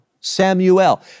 Samuel